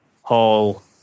Hall